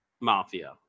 mafia